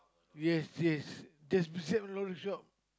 yes yes that's beside the laundry shop